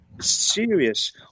serious